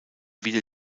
wieder